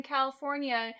California